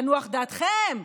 תנוח דעתם,